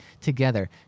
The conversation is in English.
together